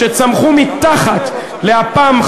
שצמחו מתחת לאפם,